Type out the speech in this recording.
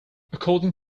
according